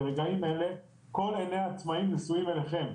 ברגעים אלה כל עיני העצמאים נשואות אליכם,